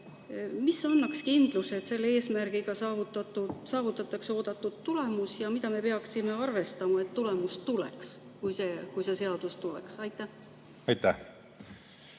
Mis annaks kindluse, et selle eesmärgiga saavutatakse oodatud tulemus, ja mida me peaksime arvestama, et tulemus tuleks, kui see seadus tuleb? Aitäh!